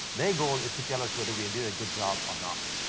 their goal is to tell us whether we did a good job or not.